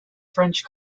french